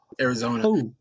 Arizona